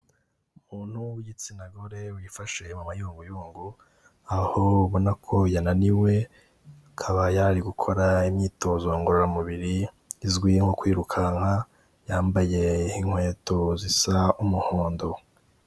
Umuntu w'igitsina gore wifashe mu mayunguyungu aho ubona ko yananiwe, akaba yari ari gukora imyitozo ngororamubiri izwi nko kwirukanka, yambaye inkweto zisa umuhondo.